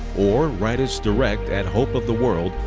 or write us direct at hope of the world,